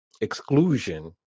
exclusion